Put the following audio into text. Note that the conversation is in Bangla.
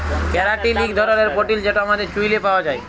ক্যারাটিল ইক ধরলের পোটিল যেট আমাদের চুইলে পাউয়া যায়